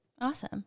Awesome